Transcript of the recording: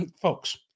Folks